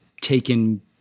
taken